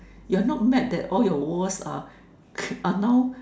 you are not mad that all your walls are are now